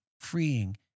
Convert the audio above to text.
freeing